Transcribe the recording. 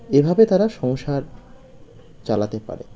এভাবে তারা সংসার চালাতে পারে